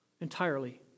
entirely